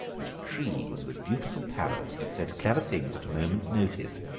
and trees with beautiful parrots that said clever things at a moment's notice,